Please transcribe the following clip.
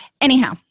anyhow